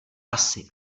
asi